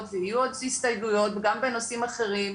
ויהיו עוד הסתייגויות גם בנושאים אחרים.